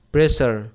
Pressure